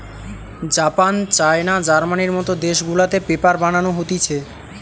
Japan, China, জার্মানির মত দেশ গুলাতে পেপার বানানো হতিছে